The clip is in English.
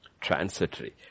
Transitory